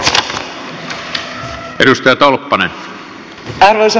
arvoisa puhemies